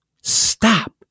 stop